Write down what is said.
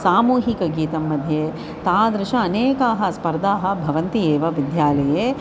सामूहिकगीतं मध्ये तादृशाः अनेकाः स्पर्धाः भवन्ति एव विद्यालये